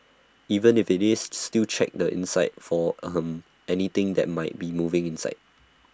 even if IT is still check the inside for ahem anything that might be moving inside